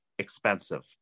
Expensive